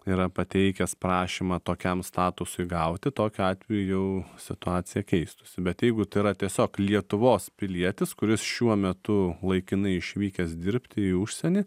yra pateikęs prašymą tokiam statusui gauti tokiu atveju situacija keistųsi bet jeigu tai yra tiesiog lietuvos pilietis kuris šiuo metu laikinai išvykęs dirbti į užsienį